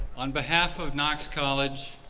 on behalf of knox college,